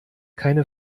keine